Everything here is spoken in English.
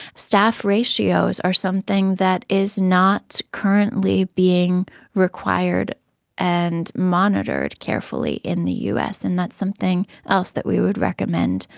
staff ratios are something that is not currently being required and monitored carefully in the us, and that's something else that we would recommend.